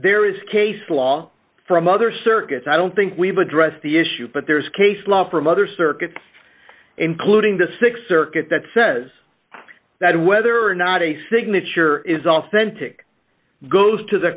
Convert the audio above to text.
there is case law from other circuits i don't think we've addressed the issue but there's case law from other circuits including the th circuit that says that whether or not a signature is authentic goes t